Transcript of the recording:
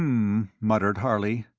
muttered harley.